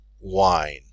wine